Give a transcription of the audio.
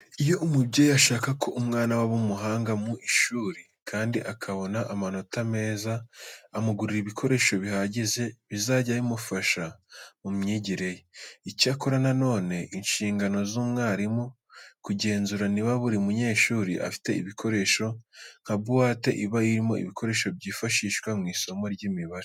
Iyo umubyeyi ashaka ko umwana we aba umuhanga mu ishuri kandi akabona amanota meza, amugurira ibikoresho bihagije bizajya bimufasha mu myigire ye. Icyakora na none, ni inshingano z'umwarimu kugenzura niba buri munyeshuri afite ibikoresho nka buwate iba irimo ibikoresho byifashishwa mu isomo ry'imibare.